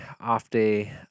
off-day